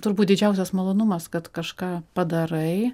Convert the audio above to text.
turbūt didžiausias malonumas kad kažką padarai